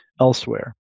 elsewhere